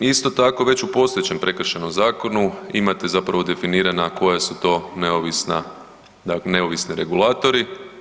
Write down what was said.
Isto tako, već u postojećem prekršajnom zakonu imate zapravo definirana koja su to neovisna, neovisni regulatori.